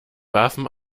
waffen